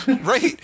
Right